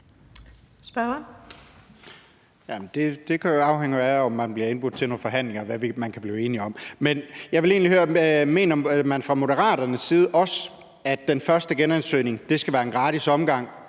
om, afhænger jo af, om man bliver indbudt til nogle forhandlinger. Men jeg vil egentlig høre: Mener man også fra Moderaternes side, at den første genansøgning skal være en gratis omgang,